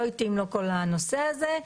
לא התאים לו כל הנושא הזה,